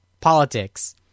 politics